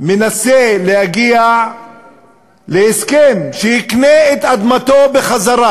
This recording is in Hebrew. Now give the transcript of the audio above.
מנסה להגיע להסכם שיקנה את אדמתו בחזרה.